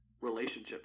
relationships